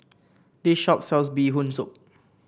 this shop sells Bee Hoon Soup